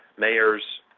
mayors,